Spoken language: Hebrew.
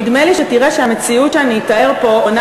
נדמה לי שתראה שהמציאות שאני אתאר פה עונה